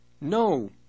No